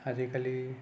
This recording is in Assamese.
আজিকালি